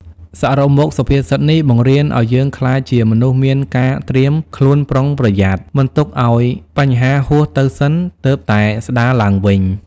សរុបមកសុភាសិតនេះបង្រៀនឲ្យយើងក្លាយជាមនុស្សមានការត្រៀមខ្លួនប្រុងប្រយ័ត្ន មិនទុកឱ្យបញ្ហាហួសទៅសិនទើបតែស្ដារឡើងវិញ។